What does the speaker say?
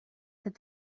that